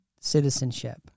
citizenship